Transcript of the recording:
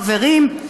חברים,